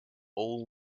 all